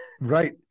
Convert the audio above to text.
Right